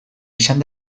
izan